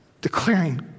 declaring